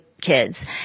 kids